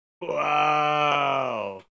Wow